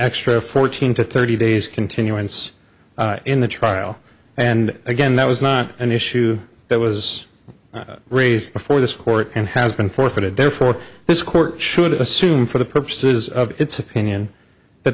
extra fourteen to thirty days continuance in the trial and again that was not an issue that was raised before this court and has been forfeited therefore this court should assume for the purposes of its opinion that